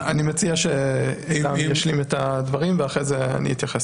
אני מציע שעילם ישלים את הדברים, ואחרי זה אתייחס.